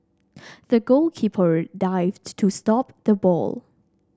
the goalkeeper dived to stop the ball